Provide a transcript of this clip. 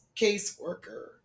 caseworker